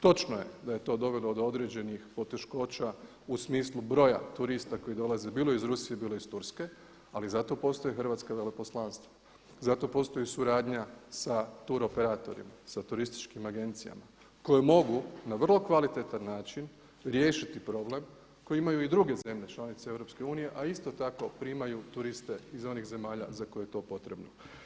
Točno je da je to dovelo do određenih poteškoća u smislu broja turista koji dolaze bilo iz Rusije, bilo iz Turske, ali zato postoje hrvatska veleposlanstva, zato postoji suradnja sa turoperatorima, sa turističkim agencijama koje mogu na vrlo kvalitetan način riješiti problem koje imaju i druge zemlje članice EU, a isto tako primaju turiste iz onih zemalja za koje je to potrebno.